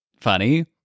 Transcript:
funny